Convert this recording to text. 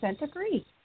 agree